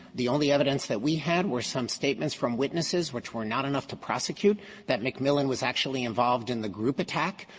the only evidence that we had were some statements from witnesses which were not enough to prosecute that mcmillan was actually involved in the group attack.